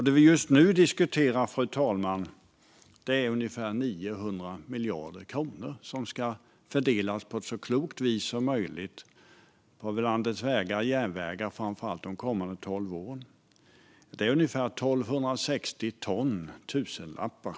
Det vi just nu diskuterar, fru talman, är ungefär 900 miljarder kronor, som de kommande tolv åren ska fördelas på ett så klokt vis som möjligt på framför allt landets vägar och järnvägar. Det är ungefär 1 260 ton tusenlappar.